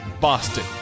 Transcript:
Boston